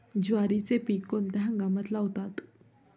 ज्वारीचे पीक कोणत्या हंगामात लावतात?